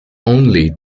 only